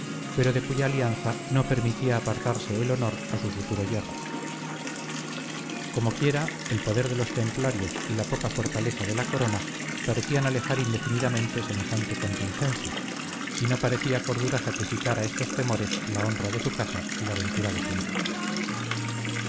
pero de cuya alianza no permitía apartarse el honor a su futuro yerno comoquiera el poder de los templarios y la poca fortaleza de la corona parecían alejar indefinidamente semejante contingencia y no parecía cordura sacrificar a estos temores la honra de su casa y la ventura de su hija